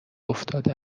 افتاده